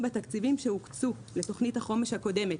בתקציבים שהוקצו לתוכנית החומש הקודמת.